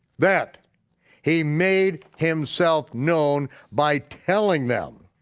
that he made himself known by telling them.